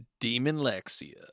demonlexia